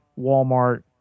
Walmart